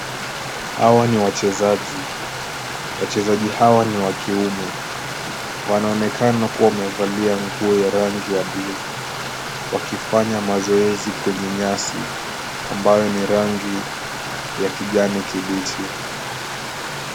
Hawa ni wachezaji. Wachezaji hawa ni wa kiume. Wanaonekana kuwa wamevalia nguo ya rangi ya buluu wakifanya mazoezi kwenye nyasi ambayo ni rangi ya kijani kibichi.